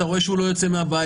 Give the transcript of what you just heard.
אתה רואה שהוא לא יוצא מהבית.